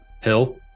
Hill